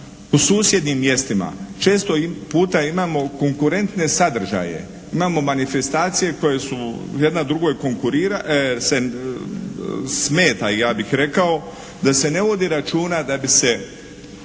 u susjednim mjestima često puta imamo konkurentne sadržaje, imamo manifestacije koje su jedna drugoj smeta ja bih rekao, da se ne vodi računa da bi se